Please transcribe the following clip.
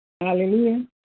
Hallelujah